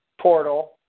portal